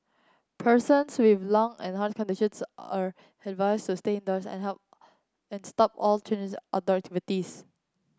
persons with lung and heart conditions are advised to stay indoors and help and stop all outdoor